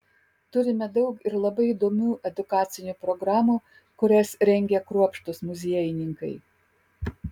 turime daug ir labai įdomių edukacinių programų kurias rengia kruopštūs muziejininkai